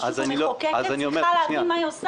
הרשות המחוקקת צריכה להבין מה היא עושה.